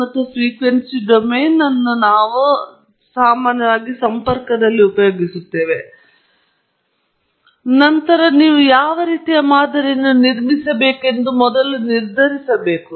ಆದ್ದರಿಂದ ನೀವು ಹಿಂದಕ್ಕೆ ಕೆಲಸ ಮಾಡಬೇಕು ಮತ್ತು ನಂತರ ನೀವು ಯಾವ ರೀತಿಯ ಮಾದರಿಯನ್ನು ನಿರ್ಮಿಸಬೇಕೆಂದು ನಿರ್ಧರಿಸಬೇಕು